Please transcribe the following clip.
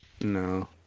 No